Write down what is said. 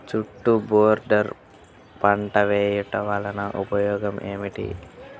చుట్టూ బోర్డర్ పంట వేయుట వలన ఉపయోగం ఏమిటి?